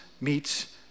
meets